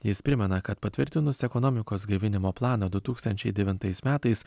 jis primena kad patvirtinus ekonomikos gaivinimo planą du tūkstančiai devintais metais